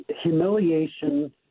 Humiliation